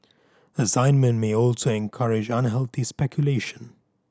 assignment may also encourage unhealthy speculation